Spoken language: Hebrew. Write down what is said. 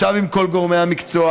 ישב עם כל גורמי המקצוע,